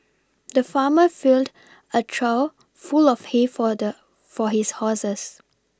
the farmer filled a trough full of hay for the for his horses